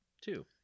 two